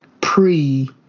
pre